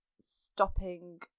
stopping